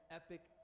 epic